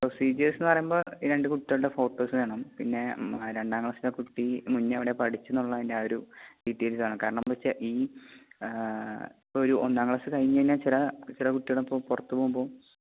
procedures എന്ന് പറയുമ്പോൾ രണ്ട് കുട്ടികളുടെ ഫോട്ടൊസ് വേണം പിന്നെ രണ്ടാം ക്ലാസ്സിലെ കുട്ടി മുന്നെ എവിടെയാണ് പഠിച്ചതെന്നുള്ളതിന്റെ ആ ഒരു ഡീറ്റൈൽസ് വേണം കാരണം എന്ന് വച്ചാൽ ഈ ഇപ്പോഴൊരു ഒന്നാം ക്ലാസ് കഴിഞ്ഞ് കഴിഞ്ഞാൽ ചില ചില കുട്ടികളിപ്പോൾ പുറത്ത് പോകുമ്പോൾ